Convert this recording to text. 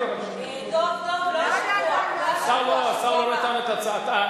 השר לא נתן את הצעתו.